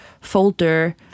folder